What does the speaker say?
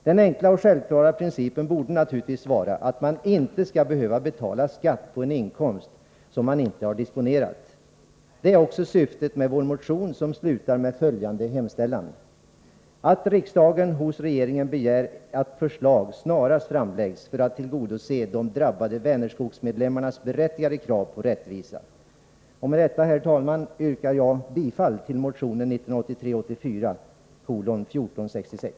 Den enda och självklara principen borde naturligtvis vara att man inte skall behöva betala skatt på en inkomst som man inte har disponerat. Det är också syftet med vår motion, som slutar med följande hemställan: ”att riksdagen hos regeringen begär att förslag snarast framläggs för att tillgodose de drabbade Vänerskogsmedlemmarnas berättigade krav på rättvisa”. Med detta, herr talman, yrkar jag bifall till motion 1983/84:1466.